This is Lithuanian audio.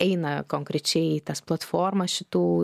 eina konkrečiai į tas platformas šitų